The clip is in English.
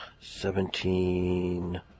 Seventeen